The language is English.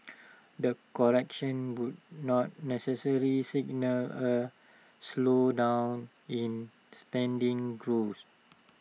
the correction would not necessarily signal A slowdown in spending growth